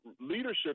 leadership